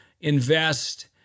invest